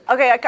Okay